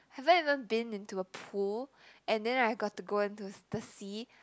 haven't even been into a pool and then I got to go into th~ the sea